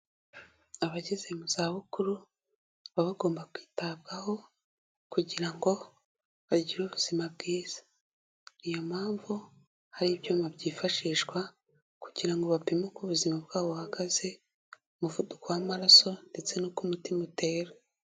Abageze mu zabukuru baba bagomba kwitabwaho kugira ngo bagire ubuzima bwiza. Ni yo mpamvu hari ibyuma byifashishwa kugira ngo bapime uko ubuzima bwabo buhagaze, umuvuduko w'amaraso ndetse nuko umutima utera.